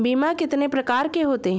बीमा कितने प्रकार के होते हैं?